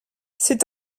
c’est